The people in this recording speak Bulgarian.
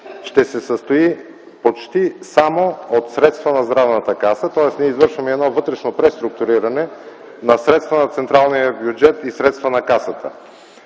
ще се състои почти само от средства на Здравната каса. Тоест ние извършваме и едно вътрешно преструктуриране на средства на централния бюджет и средства на Касата.